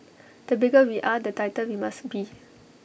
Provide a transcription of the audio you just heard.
the bigger we are the tighter we must be